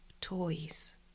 Toys